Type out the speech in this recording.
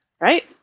Right